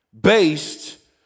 based